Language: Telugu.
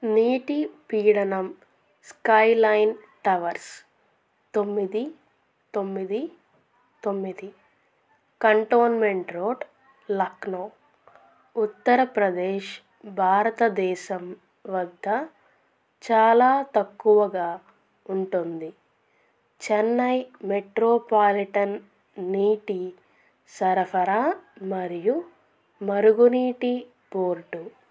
నీటి పీడనం స్కైలైన్ టవర్స్ తొమ్మిది తొమ్మిది తొమ్మిది కంటోన్మెంట్ రోడ్ లక్నో ఉత్తరప్రదేశ్ భారతదేశం వద్ద చాలా తక్కువగా ఉంటుంది చెన్నై మెట్రోపాలిటన్ నీటి సరఫరా మరియు మరుగునీటి బోర్డు